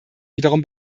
wiederum